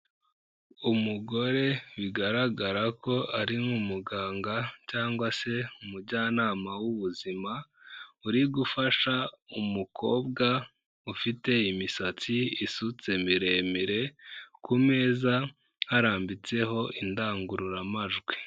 Umugore bigaragara ko ari nk'umuganga cyangwa se umujyanama w'ubuzima, uri gufasha umukobwa ufite imisatsi isutse miremire, ku meza harambitseho indangururamajwi.